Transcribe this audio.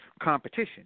competition